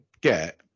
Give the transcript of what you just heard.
get